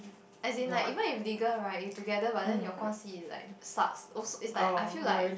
as in even it's legal right you together but then your 关系: guan xi like sucks is like I feel like